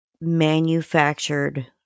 manufactured